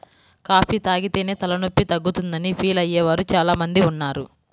coffee తాగితేనే తలనొప్పి తగ్గుతుందని ఫీల్ అయ్యే వారు చాలా మంది ఉన్నారు